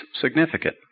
significant